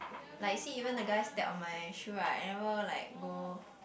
like see even the guy step on my shoe right I never like go